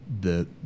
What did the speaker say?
the-